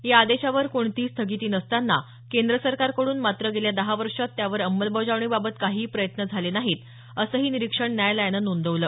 या आदेशावर कोणतीही स्थगिती नसताना केंद्र सरकारकडून मात्र गेल्या दहा वर्षांत त्यावर अंमलबजावणीबाबत काहीही प्रयत्न झाले नाहीत असंही निरीक्षणही न्यायालयानं नोंदवलं